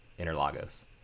Interlagos